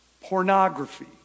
pornography